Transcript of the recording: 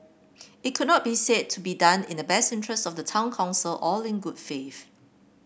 it could not be said to be done in the best interest of the town council or in good faith